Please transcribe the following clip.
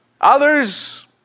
Others